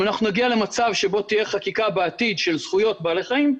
אם אנחנו נגיע למצב שבו תהיה חקיקה בעתיד של זכויות בעלי חיים,